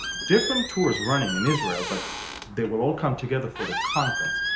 different tours running in israel. but they will all come together for the conference,